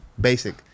Basic